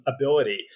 ability